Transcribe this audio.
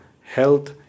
health